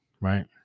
right